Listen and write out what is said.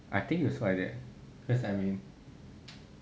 I think you also that because I mean